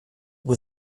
with